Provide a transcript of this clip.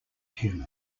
humans